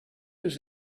was